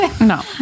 no